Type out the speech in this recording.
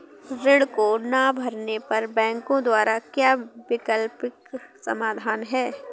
ऋण को ना भरने पर बैंकों द्वारा क्या वैकल्पिक समाधान हैं?